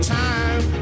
time